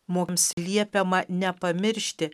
mums liepiama nepamiršti